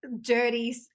dirty